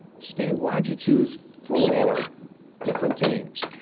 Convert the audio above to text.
steve, why did you choose four different teams?